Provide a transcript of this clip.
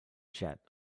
jet